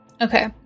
Okay